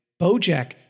Bojack